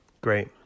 Great